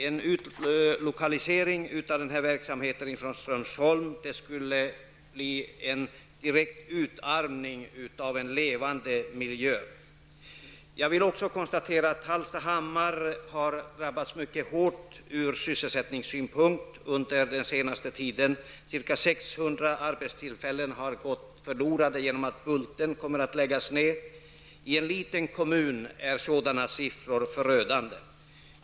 En utlokalisering av verksamheten ifrån Strömsholm skulle leda till en direkt utarmning av en levande miljö. Man kan också konstatera att Hallstahammar har drabbats mycket hårt ur sysselsättningssynpunkt under den senaste tiden. Ca 600 arbetstillfällen går förlorade i och med att Bulten läggs ned. I en liten kommun är sådana siffror förödande.